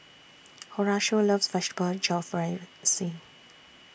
Horatio loves Vegetable Jalfrezi